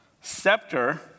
Scepter